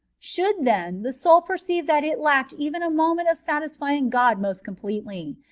should, then, the soul perceive that it lacked even a moment of satisfying god most completely,